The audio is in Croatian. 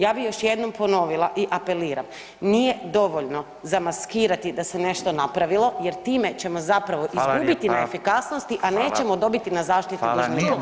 Ja bi još jednom ponovila i apeliram, nije dovoljno zamaskirati da se nešto napravilo jer time ćemo zapravo [[Upadica: Fala lijepo]] izgubiti na efikasnosti [[Upadica: Fala]] a nećemo dobiti na zaštititi dužnika.